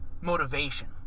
motivation